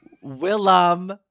Willem